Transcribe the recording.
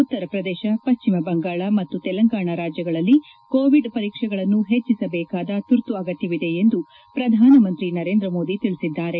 ಉತ್ತರಪ್ರದೇಶ ಪ್ಯುಮ ಬಂಗಾಳ ಮತ್ತು ತೆಲಂಗಾಣ ರಾಜ್ಯಗಳಲ್ಲಿ ಕೋವಿಡ್ ಪರೀಕ್ಷೆಗಳನ್ನು ಹೆಚ್ಚಿಸದೇಕಾದ ತುರ್ತು ಅಗತ್ಯವಿದೆ ಎಂದು ಶ್ರಧಾನ ಮಂತ್ರಿ ನರೇಂದ್ರ ಮೋದಿ ತಿಳಬಿದ್ದಾರೆ